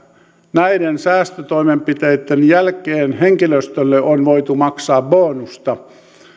näiden säästötoimenpiteitten jälkeen henkilöstölle on voitu maksaa bonusta